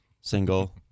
Single